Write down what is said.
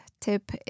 tip